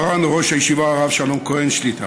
מרן ראש הישיבה הרב שלום כהן שליט"א,